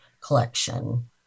collection